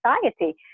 society